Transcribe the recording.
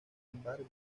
embargo